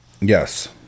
Yes